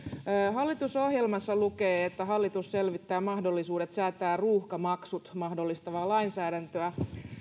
hallitusohjelmassa lukee että hallitus selvittää mahdollisuudet säätää ruuhkamaksut mahdollistavaa lainsäädäntöä